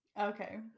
Okay